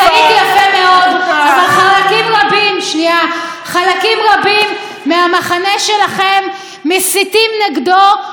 אבל חלקים רבים מהמחנה שלכם מסיתים נגדו יום-יום.